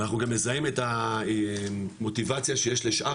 ואנחנו גם מזהים את המוטיבציה שיש לשאר